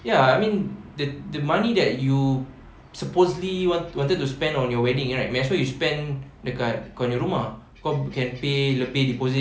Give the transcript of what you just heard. ya I mean the the money that you supposedly want wanted to spend on your wedding right might as well you spend dekat kau punya rumah kau can pay lebih deposit